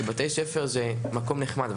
כי בתי ספר זה מקום נחמד,